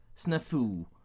snafu